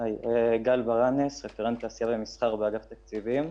גל ברנס, רפרנט תעשייה ומסחר באגף תקציבים.